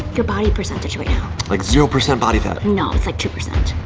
good body percentage. wait now like zero percent body fat. no it's like two percent